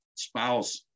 Spouse